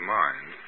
mind